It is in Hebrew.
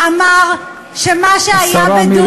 שמה שהיה בדומא,